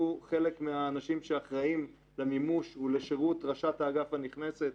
שהוא חלק מהאנשים שאחראים למימוש ולשירות ראשת האגף הנכנסת,